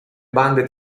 bande